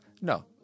No